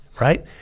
right